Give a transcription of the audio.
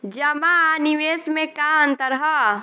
जमा आ निवेश में का अंतर ह?